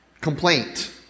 complaint